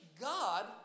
God